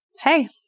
hey